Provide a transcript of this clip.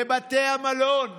לבתי המלון.